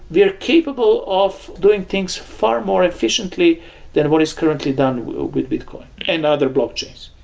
we're capable of doing things far more efficiently than what is currently done with bitcoin and other blockchains.